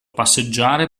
passeggiare